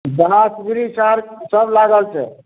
गाछ वृक्ष आर सब लागल छै